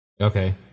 Okay